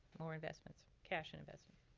more investments, cash and investments.